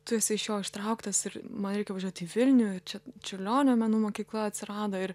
tu esi iš jo ištrauktas ir man reikia važiuot į vilniuje ir čia čiurlionio menų mokykla atsirado ir